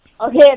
Okay